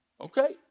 Okay